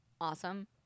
awesome